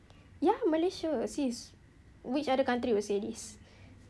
ya malaysia sis which other country will say this